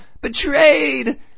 Betrayed